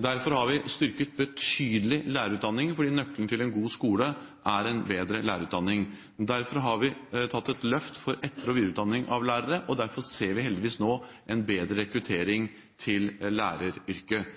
Vi har styrket betydelig lærerutdanningen, fordi nøkkelen til en god skole er en bedre lærerutdanning. Vi har tatt et løft for etter- og videreutdanning av lærere, og derfor ser vi heldigvis nå en bedre rekruttering til læreryrket.